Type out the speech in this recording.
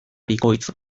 bikoitz